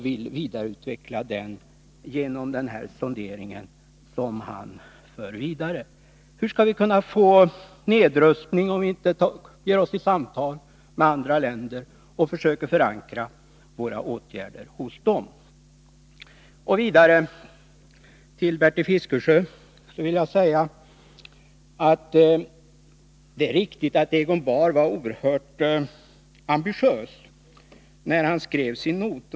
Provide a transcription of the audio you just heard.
Hur skall vi kunna få nedrustning, om vi inte samtalar med andra länder och försöker förankra våra åtgärder hos dem? Det är riktigt, Bertil Fiskesjö, att Egon Bahr var oerhört ambitiös när han skrev sin not.